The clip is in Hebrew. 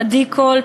עדי קול,